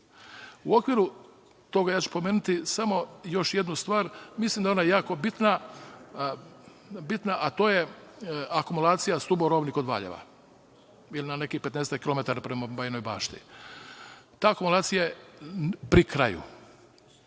okviru toga, pomenuću samo još jednu stvar. Mislim da je ona jako bitna, a to je akumulacija stuborolni kod Valjeva, ili na nekih 15 km prema Bajinoj Bašti. Ta akumulacija je pri